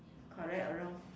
correct or wrong